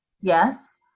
Yes